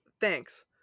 thanks